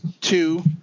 Two